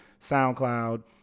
SoundCloud